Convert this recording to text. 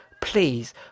please